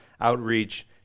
outreach